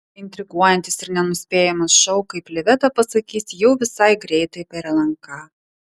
intriguojantis ir nenuspėjamas šou kaip liveta pasakys jau visai greitai per lnk